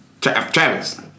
Travis